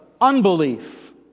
unbelief